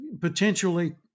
potentially